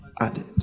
added